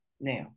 now